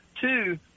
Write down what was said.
two